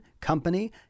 Company